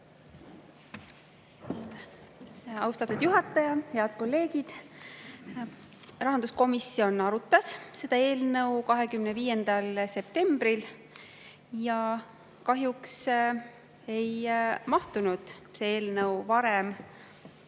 Austatud juhataja! Head kolleegid! Rahanduskomisjon arutas seda eelnõu 25. septembril. Kahjuks ei mahtunud see eelnõu varem